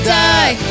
die